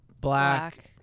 Black